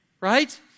Right